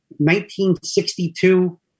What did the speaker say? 1962